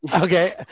Okay